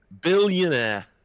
Billionaire